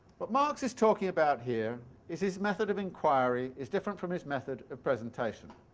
what marx is talking about here is his method of inquiry is different from his method of presentation.